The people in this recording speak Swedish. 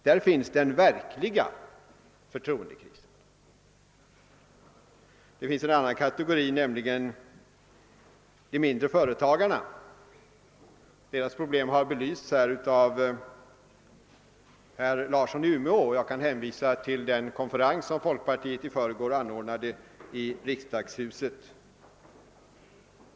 Där finns den verkliga förtroendekrisen. De mindre företagarnas problem har belysts här av herr Larsson i Umeå. Jag kan hänvisa till den konferens som folkpartiet i förrgår anordnade i Riksdagshuset.